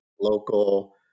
local